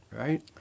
right